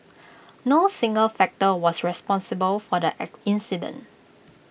no single factor was responsible for the